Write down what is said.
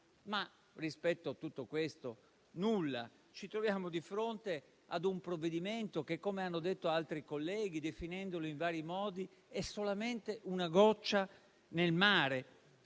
Rispetto a tutto questo, però, nulla. Ci troviamo di fronte a un provvedimento che - come hanno detto altri colleghi, definendolo in vari modi - è solamente una goccia nel mare,